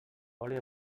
oli